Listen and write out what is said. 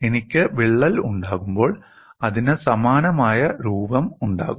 എനിക്ക് വിള്ളൽ ഉണ്ടാകുമ്പോൾ അതിന് സമാനമായ രൂപം ഉണ്ടാകും